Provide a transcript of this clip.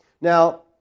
Now